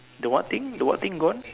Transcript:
the what thing the what thing gone